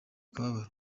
kababaro